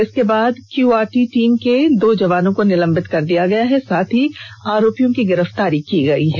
इसके बाद QRT team के दो जवानों को निलंबित कर दिया गया है साथ ही आरोपियों की गिरफ्तारी हो गई है